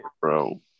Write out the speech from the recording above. bro